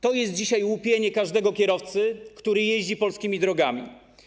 To jest dzisiaj łupienie każdego kierowcy, który jeździ polskimi drogami.